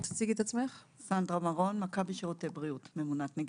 אני ממונת נגישות במכבי שירותי בריאות.